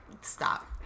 stop